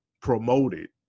promoted